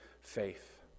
faith